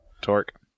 Torque